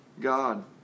God